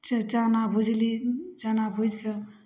से चाना भुजली चाना भुजिके